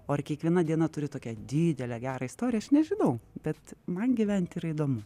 o ar kiekviena diena turi tokią didelę gerą istoriją aš nežinau bet man gyvent yra įdomu